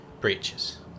breaches